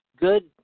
good